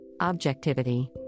objectivity